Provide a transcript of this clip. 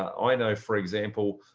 i know, for example,